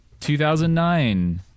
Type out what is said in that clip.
2009